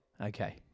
Okay